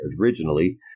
originally